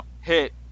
hit